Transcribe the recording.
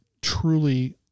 truly